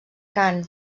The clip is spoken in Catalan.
cant